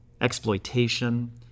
exploitation